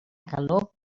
calor